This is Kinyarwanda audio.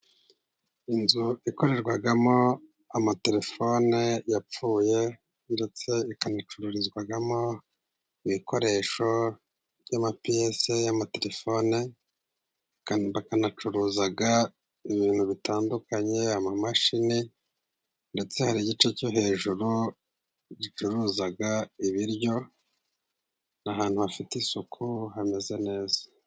Inzu ikorerwamo amatelefone yapfuye, ndetse ikanacururizwamo ibikoresho by'amapiyese y'amatelefone, bakanacuruza ibintu bitandukanye amamashini ndetse hari igice cyo hejuru gicuruza ibiryo. Ni ahantu hafite isuku hameze neza.